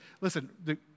listen